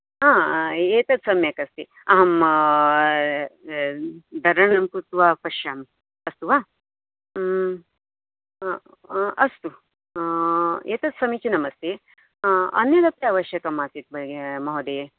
आम् एतद् सम्यक् अस्ति अहं धरणं कृत्वा पश्यामि अस्तु वा अस्तु एतद् समीचीनम् अस्ति अन्यद् अपि आवश्यकम् आसीत् महोदय